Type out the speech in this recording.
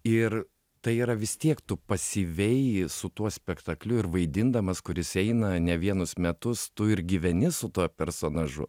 ir tai yra vis tiek tu pasyviai su tuo spektakliu ir vaidindamas kur jis eina ne vienus metus tu ir gyveni su tuo personažu